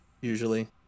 usually